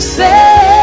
say